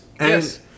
Yes